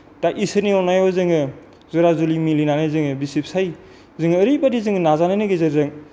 दा इसोरनि अननायाव जोङो जुला जुलि मिलिनानै जोङो बिसि फिसाय जों ओरैबायदि जोङो नाजानायनि गेजेरजों